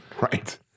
right